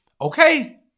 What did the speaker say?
Okay